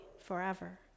forever